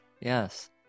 Yes